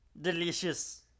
delicious